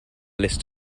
list